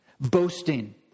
Boasting